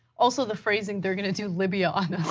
also the phrasing, they are going to do libya on